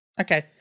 Okay